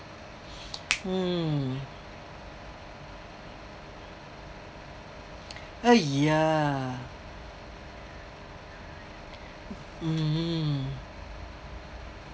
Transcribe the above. mm !aiya! mm